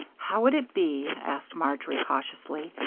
how would it be, asked marjory, cautiously,